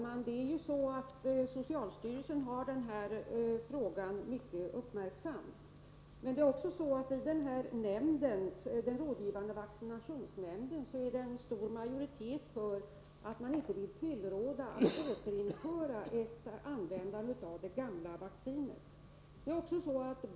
Herr talman! Socialstyrelsen har uppmärksammat frågan. I rådgivande vaccinationsnämnden är en stor majoritet mot att återinföra användandet av det gamla vaccinet.